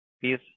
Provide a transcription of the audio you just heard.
peace